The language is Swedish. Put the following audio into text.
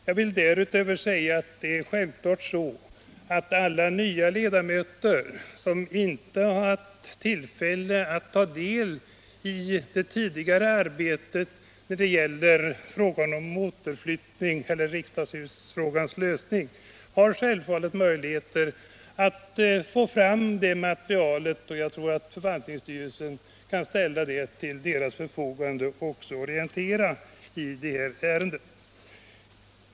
Jag vill därutöver säga att alla nya ledamöter, som inte haft tillfälle att ta del i det tidigare arbetet när det gäller riksdagshusfrågans lösning självfallet har möjligheter att få fram det materialet. Jag tror att förvaltningsstyrelsen kan ställa det till deras förfogande och också orientera i det här ärendet.